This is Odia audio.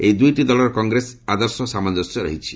ଏହି ଦୁଇଟି ଦଳର କଂଗ୍ରେସ ଆଦର୍ଶ ସହ ସାମଞ୍ଜସ୍ୟ ରହିଛି